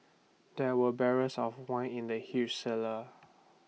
there were barrels of wine in the huge cellar